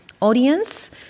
audience